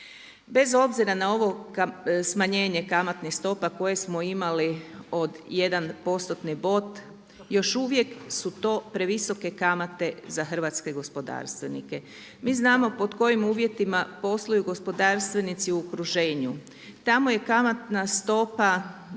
Bez obzira na ovo smanjenje kamatnih stopa koje smo imali od jedan postotni bod, još uvijek su to previsoke kamate za hrvatske gospodarstvenike. Mi znamo pod kojim uvjetima posluju gospodarstvenici u okruženju. Tamo je kamatna stopa